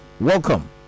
welcome